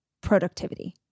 productivity